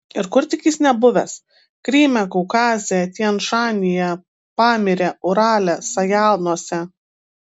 ir kur tik jis nebuvęs kryme kaukaze tian šanyje pamyre urale sajanuose